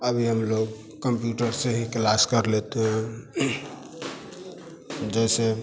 अभी हम लोग कम्प्यूटर से ही क्लास कर लेते हैं जैसे